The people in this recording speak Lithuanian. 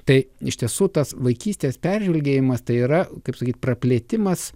tai iš tiesų tas vaikystės peržvelgėjimas tai yra kaip sakyti praplėtimas